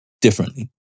Differently